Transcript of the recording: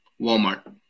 Walmart